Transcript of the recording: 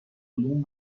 علوم